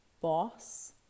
boss